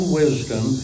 wisdom